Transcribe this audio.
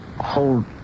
Hold